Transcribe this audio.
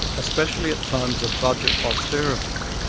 especially at times of budget austerity,